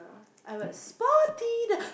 I was Spotty the